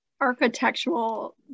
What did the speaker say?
architectural